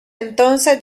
entonces